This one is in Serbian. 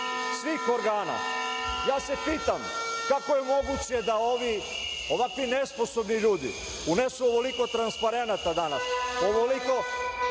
svih organa. Ja se pitam kako je moguće da ovako nesposobni ljudi unesu ovoliko transparenata danas, ovoliko